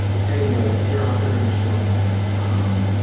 but anyway, if you're out there and you're struggling, um